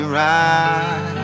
right